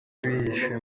bihishe